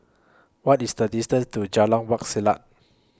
What IS The distance to Jalan Wak Selat